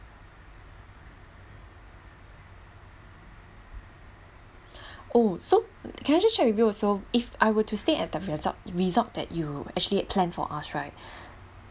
oh so can I just check with you also if I were to stay at the resort resort that you actually plan for us right